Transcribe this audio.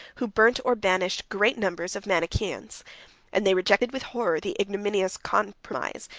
who burnt or banished great numbers of manichaeans and they rejected, with horror, the ignominious compromise,